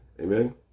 Amen